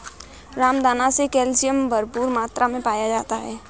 रामदाना मे कैल्शियम भरपूर मात्रा मे पाया जाता है